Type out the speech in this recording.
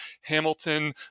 Hamilton